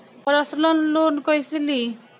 Personal loan कैसे ली?